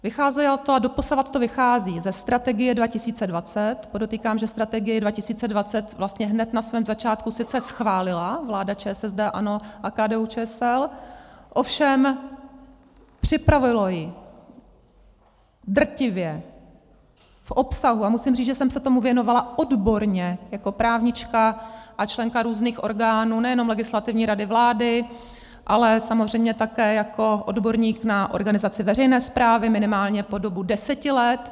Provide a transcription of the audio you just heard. Vycházelo to a doposavad to vychází ze Strategie 2020 podotýkám, že Strategii 2020 vlastně hned na svém začátku sice schválila vláda ČSSD, ANO a KDUČSL, ovšem připravilo ji drtivě v obsahu, a musím říct, že jsem se tomu věnovala odborně jako právnička a členka různých orgánů, nejenom Legislativní rady vlády, ale samozřejmě také jako odborník na organizaci veřejné správy, minimálně po dobu deseti let.